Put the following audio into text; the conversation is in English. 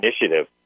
initiative